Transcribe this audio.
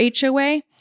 HOA